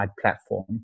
platform